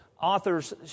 authors